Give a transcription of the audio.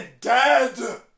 dead